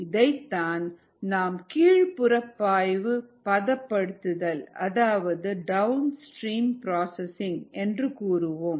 இதைத்தான் நாம் கீழ்ப்புற பாய்வு பதப்படுத்துதல் அதாவது டவுன் ஸ்ட்ரீம் பிராசசிங் என்று கூறுவோம்